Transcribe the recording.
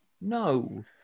No